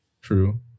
true